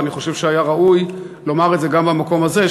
ואני חושב שהיה ראוי לומר גם במקום הזה,